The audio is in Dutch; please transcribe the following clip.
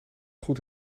goed